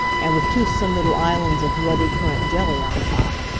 and with toothsome little islands of ruddy currant jelly on top.